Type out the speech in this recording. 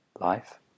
life